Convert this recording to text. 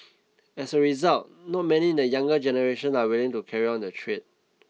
as a result not many in the younger generation are willing to carry on the trade